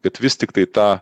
kad vis tiktai tą